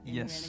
Yes